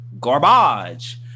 garbage